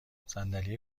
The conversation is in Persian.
صندلی